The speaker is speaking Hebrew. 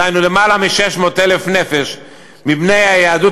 דהיינו למעלה מ-600,000 נפש מבני היהדות